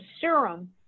serum